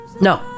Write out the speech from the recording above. No